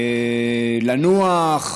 לנוח,